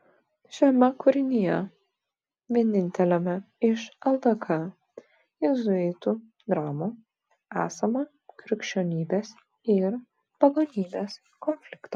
šiame kūrinyje vieninteliame iš ldk jėzuitų dramų esama krikščionybės ir pagonybės konflikto